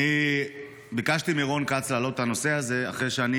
אני ביקשתי מרון כץ להעלות את הנושא הזה אחרי שאני